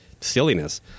silliness